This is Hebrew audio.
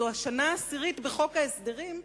זאת השנה העשירית בחוק ההסדרים,